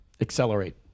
accelerate